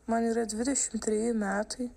man yra dvidešimt treji metai